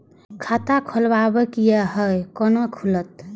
खाता खोलवाक यै है कोना खुलत?